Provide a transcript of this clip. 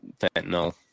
fentanyl